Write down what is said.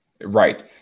Right